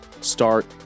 start